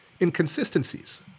inconsistencies